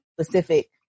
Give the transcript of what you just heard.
specific